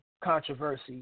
controversy